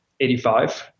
85